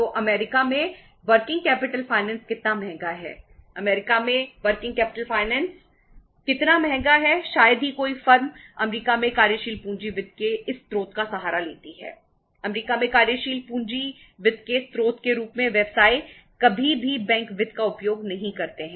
तो अमेरिका में working capital finance का उपयोग करते हैं